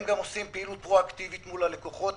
הם גם עושים פעילות פרו-אקטיבית מול הלקוחות,